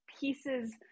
pieces